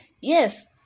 yes